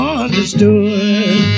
understood